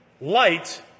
Light